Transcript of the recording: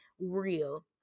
real